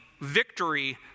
victory